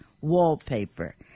wallpaper